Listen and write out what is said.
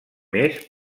mes